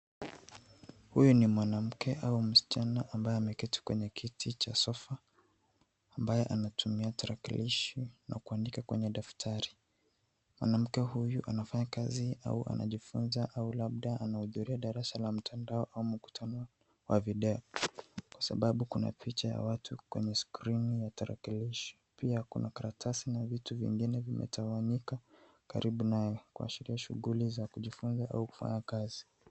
Huyu ni mwanaume ama msichana ambaye ameketi kwenye kiti cha sofa ambaye anatumia tarakilishi na kuandika kwenye daftari. Mwanamke huyu anafanya kazi au anajifunza au labda anahudhuria darasa la mtandao ama mkutano wa video kwa sababu kuna picha ya watu kwenye skrini na tarakilishi pia kuna karatasi na vitu na vingine vimetawanyika karibu naye kuashiria shughuli za kujifunza au kufanya kazi.